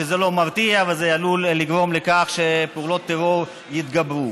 שזה לא מרתיע וזה עלול לגרום לכך שפעולות טרור יתגברו.